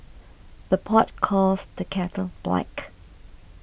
the pot calls the kettle black